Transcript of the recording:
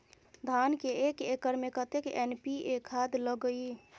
धान के एक एकर में कतेक एन.पी.ए खाद लगे इ?